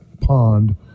pond